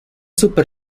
súper